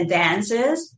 dances